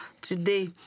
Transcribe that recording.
today